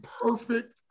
perfect